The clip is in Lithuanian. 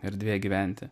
erdvė gyventi